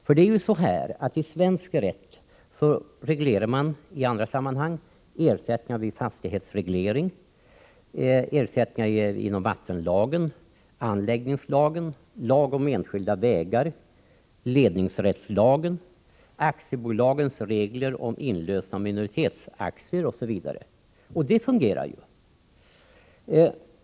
Man reglerar ju enligt svensk rätt ersättningar i andra sammanhang — ersättningar vid fastighetsreglering, ersättningar på grundval av vattenlagen, anläggningslagen, lag om enskilda vägar, ledningsrättslagen, aktiebolagslagens regler om inlösen av minoritetsaktier osv. — och det förfarandet fungerar.